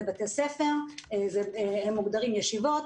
זה בתי ספר הם מוגדרים ישיבות,